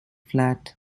flat